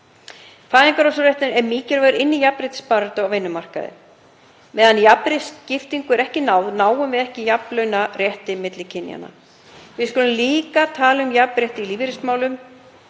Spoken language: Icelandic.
Fæðingarorlofsréttur er mikilvægur inn í jafnréttisbaráttu á vinnumarkaði. Meðan jafnri skiptingu er ekki náð náum við ekki launajafnrétti milli kynjanna. Við skulum líka tala um jafnrétti í lífeyrismálum